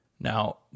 Now